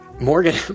morgan